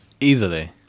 Easily